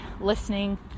listening